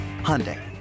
Hyundai